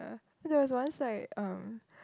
cause there was once like um